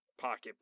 pocket